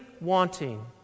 wanting